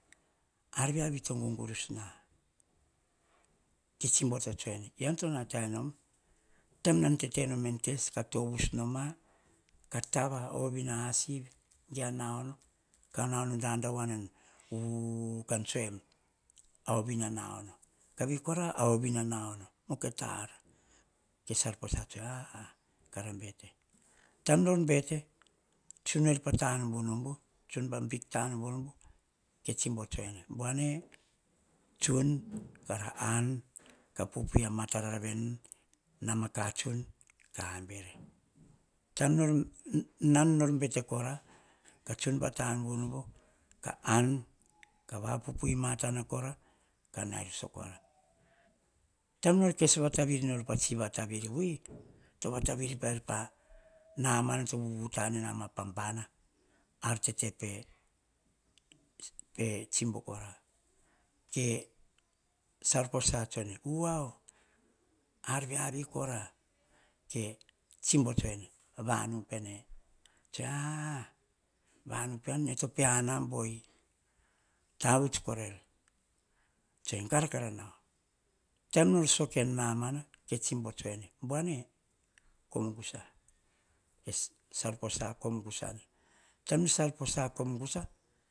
Ar viavi to gugurus nah. Ean to nataino poh tana tovus tavut pah ovina na ono asivi. To dadao voanavi a ovina naono vei kora. Aovina ono ke salposa tsoe ene ho-o, kara bete bon no bete, tsun pah tanubunabu buane tsun kara an. Kah pupui mataravarava piara n nama kah tsun ka abere. Nan nor bete kora. Tsun kora vapupui matana ann kora. Karai sakora pota nol kevatavir nor pah tsi vatavir vui namana tovuvu tane nama tovuvu tane nama pa bona vui. Namana tovuvu tane nama tovuvu tane nama pa bona, tete pe tsibo kora. Ke salposa tsoe korare "kuvau" ar viavi kora ke tsibo tsoe vanu pene ene to pe anabue, tsoe gara kara nauo. Potana nol sok en nama, ke salposa kom gusane potana ne salposa kom gusa